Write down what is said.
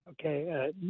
Okay